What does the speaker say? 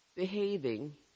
Behaving